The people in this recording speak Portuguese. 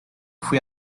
fui